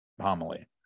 homily